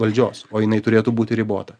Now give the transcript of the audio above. valdžios o jinai turėtų būti ribota